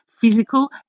physical